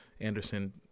Anderson